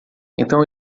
então